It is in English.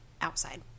outside